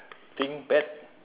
think bad